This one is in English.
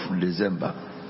December